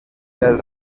del